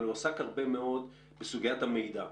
אבל הוא עסק הרבה מאוד בסוגיית המידע,